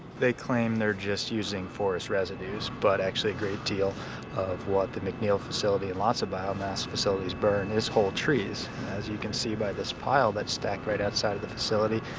they claim they're just using forest residues, but actually a great deal of what the mcneil facility, and lots of biomass facilities burn, is whole trees. as you can see by this pile that's stacked right outside of the facility,